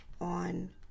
on